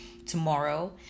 tomorrow